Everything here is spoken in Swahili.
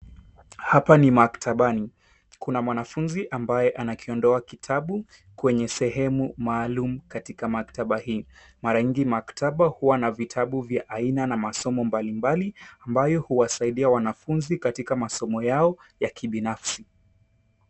Hapa ni maktabani kuna mwanafunzi ambaye anakiondoa kitabu kwenye sehemu maalum katika maktaba hii. Mara nyingi maktba huwa na vitabu vya aina na masomo mbali mbali ambayo huwasaidia wanafunzi katika masomo yao ya kibinafsi.